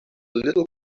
little